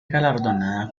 galardonada